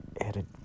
Added